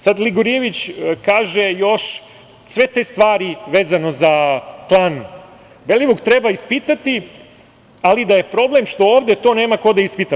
Sada Gligorijević kaže još – sve te stvari vezano za klan Belivuk treba ispitati, ali da je problem što ovde to nema ko da ispita.